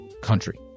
country